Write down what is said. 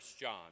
John